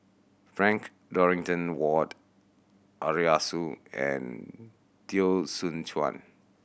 Frank Dorrington Ward Arasu and Teo Soon Chuan